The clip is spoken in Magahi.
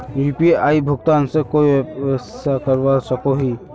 यु.पी.आई भुगतान से कोई व्यवसाय करवा सकोहो ही?